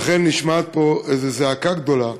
נשמעת פה איזו זעקה גדולה